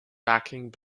backing